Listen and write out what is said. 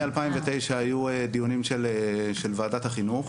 מ-2009 היו דיונים של וועדת החינוך